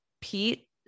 Pete